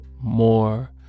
more